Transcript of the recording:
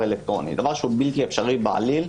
אלקטרוני דבר שהוא בלתי אפשרי בעליל.